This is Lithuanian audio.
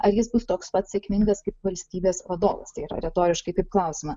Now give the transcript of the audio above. ar jis bus toks pat sėkmingas kaip valstybės vadovas tai yra retoriškai taip klausiama